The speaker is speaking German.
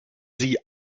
sie